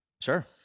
Sure